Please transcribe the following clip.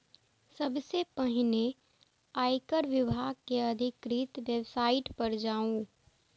सबसं पहिने आयकर विभाग के अधिकृत वेबसाइट पर जाउ